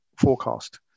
forecast